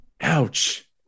Ouch